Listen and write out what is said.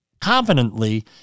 confidently